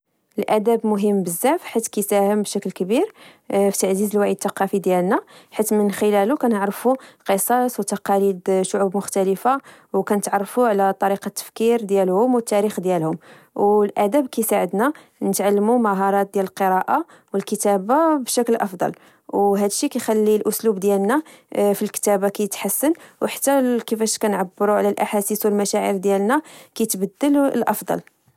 الادب مهم بزاف حيت كيساهم بشكل كبير في تعزيز الوعي الثقافي ديالنا حيت من خلاله كنعرفو قصص وتقاليد شعوب مختلفة ونتعرفو على طرق التفكير ديالهم وتاريخ ديالهم والادب يساعدنا نتعلمو مهارات ديال القراءه والكتابه بشكل افضل وهادشي كيخلي الاسلوب ديالنا في الكتابه يتحسن وحتا كيفاش نعبرو على الاحاسيس والمشاعر ديالنا كيتبدل للافضل